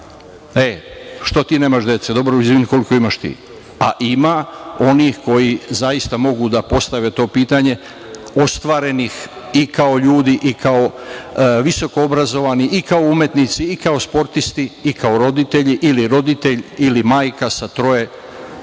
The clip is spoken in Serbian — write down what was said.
e, što ti nemaš dece, dobro, izvini, koliko imaš ti. Ima onih koji zaista mogu da postave to pitanje ostvarenih i kao ljudi i kao visokoobrazovani i kao umetnici i kao sportisti i kao roditelji ili roditelj ili majka sa troje